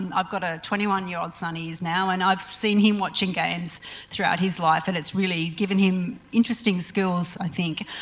and i've got a twenty one year old son he is now and i've seen him watching games throughout his life and it's really given him interesting skills think.